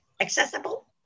accessible